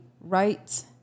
right